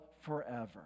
forever